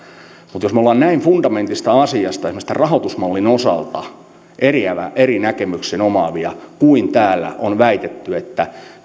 mutta jos me olemme näin fundamentista asiasta esimerkiksi tämän rahoitusmallin osalta eri näkemyksen omaavia kuten täällä on väitetty että